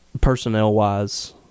personnel-wise